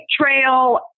trail